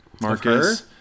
marcus